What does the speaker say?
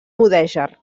mudèjar